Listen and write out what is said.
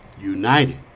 United